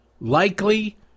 likely